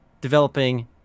developing